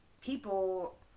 people